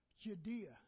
Judea